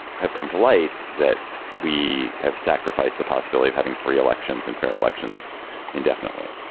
have come to light that we have sacrificed the possibility of having free elections and fair elections indefinitely